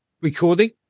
recording